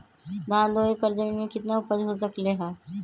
धान दो एकर जमीन में कितना उपज हो सकलेय ह?